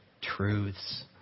truths